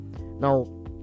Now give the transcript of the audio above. now